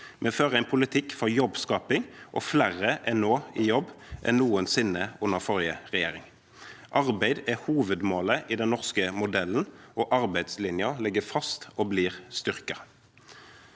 Vi fører en politikk for jobbskaping, og flere er nå i jobb enn noensinne under forrige regjering. Arbeid er hovedmålet i den norske modellen, og arbeidslinjen ligger fast og blir styrket.